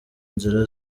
inzira